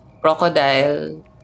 crocodile